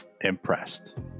impressed